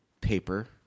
paper